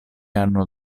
anno